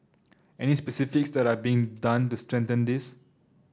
any specifics that are being done to strengthen this